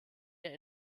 der